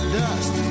dust